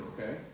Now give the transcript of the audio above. okay